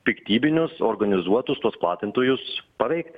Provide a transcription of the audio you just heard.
piktybinius organizuotus tuos platintojus paveikt